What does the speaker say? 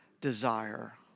desire